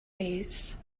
ways